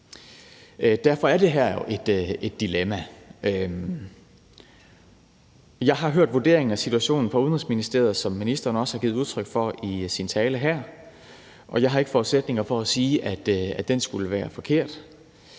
Derfor er det her jo et dilemma. Jeg har hørt vurderingen af situationen fra Udenrigsministeriet, som ministeren også har givet udtryk for i sin tale her, og jeg har ikke forudsætninger for at sige, at den skulle være forkert.